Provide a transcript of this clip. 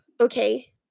okay